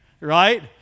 right